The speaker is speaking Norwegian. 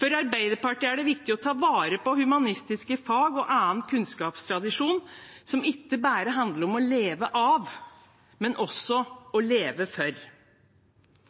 For Arbeiderpartiet er det viktig å ta vare på humanistiske fag og annen kunnskapstradisjon som ikke bare handler om å leve av, men også om å leve for.